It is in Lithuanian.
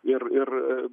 ir ir